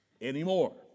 anymore